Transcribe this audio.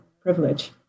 privilege